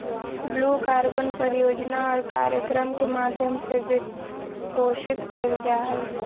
blue carbon परियोजना और कार्यक्रम के माध्यम से वित्तपोषित कइल जा हइ